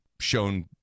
shown